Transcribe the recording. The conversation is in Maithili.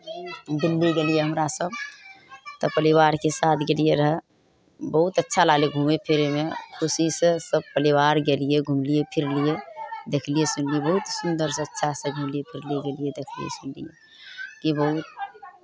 दिल्ली गेलियै हमरा सभ तऽ परिवारके साथ गेलियै रहए बहुत अच्छा लागलै घुमै फिरैमे खुशीसँ सभ परिवार गेलियै घुमलियै फिरलियै देखलियै सुनलियै बहुत सुन्दरसँ अच्छासँ घुमलियै फिरलियै गेलियै देखलियै सुनलियै कि बहुत